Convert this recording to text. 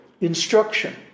instruction